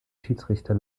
schiedsrichter